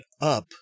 up